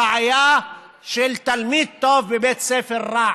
הבעיה היא שתלמיד טוב בבית ספר רע